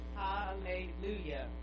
hallelujah